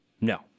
No